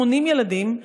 80 ילדים,